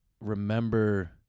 remember